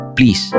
Please